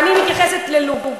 ואני מתייחסת ללוב,